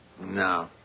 No